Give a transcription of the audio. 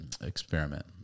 experiment